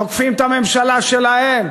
תוקפים את הממשלה שלהם.